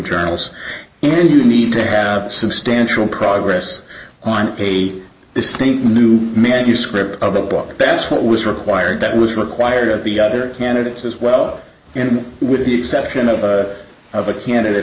journals and you need to have substantial progress on a distinct new manuscript of a book that's what was required that was required at the other candidates as well and with the exception of of a candidate